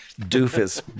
doofus